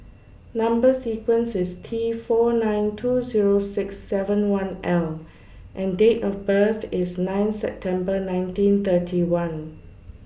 Number sequence IS T four nine two Zero six seven one L and Date of birth IS nine September nineteen thirty one